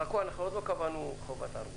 חכו, אנחנו עוד לא קבענו חובת ערבות.